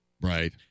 Right